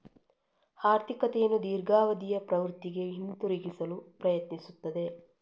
ಆರ್ಥಿಕತೆಯನ್ನು ದೀರ್ಘಾವಧಿಯ ಪ್ರವೃತ್ತಿಗೆ ಹಿಂತಿರುಗಿಸಲು ಪ್ರಯತ್ನಿಸುತ್ತದೆ